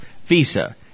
Visa